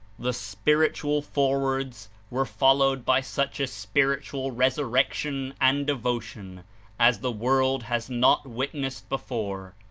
the spiritual forewords were followed by such a spiritual resurrection and devotion as the world has not witnessed before,